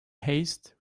haste